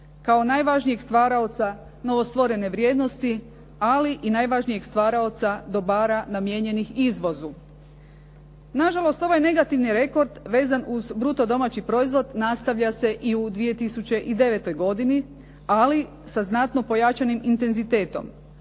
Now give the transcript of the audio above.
kao najvažnijeg stvaraoca novostvorene vrijednosti ali i najvažnijeg stvaraoca dobara namijenjenih izvozu. Nažalost, ovaj negativni rekord vezan uz bruto domaći proizvod nastavlja se i u 2009. godini ali sa znatno pojačanim intenzitetom.